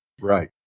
Right